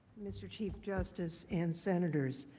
mr. chief justice and senator.